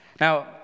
Now